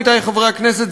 עמיתי חברי הכנסת,